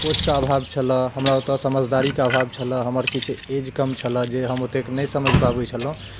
coach कऽ अभाव छलऽ हमरा ओतऽ समझदारी कऽ अभाव छलऽ हमर किछु एज कम छलऽ जे हम ओतेक नहि समझि पाबैत छलौहुँ हँ